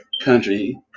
country